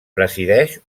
presideix